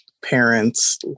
parents